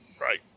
Right